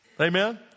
Amen